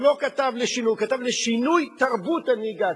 הוא כתב: "לשינוי תרבות הנהיגה",